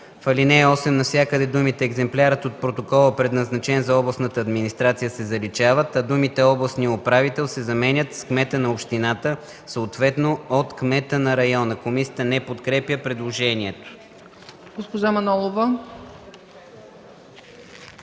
В ал. 8 навсякъде думите „екземплярът от протокола, предназначен за областната администрация” се заличават, а думите „областния управител” се заменят с „кмета на общината, съответно от кмета на района”.” Комисията не подкрепя предложението.